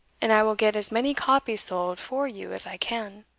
and i will get as many copies sold for you as i can.